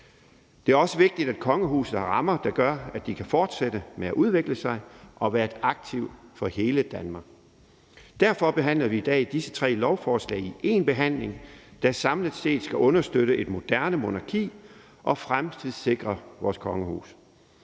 Det er også vigtigt, at kongehuset har rammer, der gør, at de kan fortsætte med at udvikle sig og være et aktiv for hele Danmark. Derfor behandler vi i dag disse tre lovforslag i én behandling, der samlet set skal understøtte et moderne monarki og fremtidssikre vores kongehus.